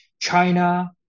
China